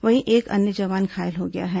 वहीं एक अन्य जवान घायल हो गया है